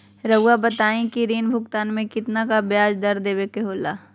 रहुआ बताइं कि ऋण भुगतान में कितना का ब्याज दर देवें के होला?